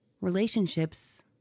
relationships